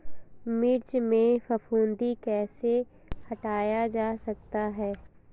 मिर्च में फफूंदी कैसे हटाया जा सकता है?